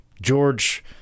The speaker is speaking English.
George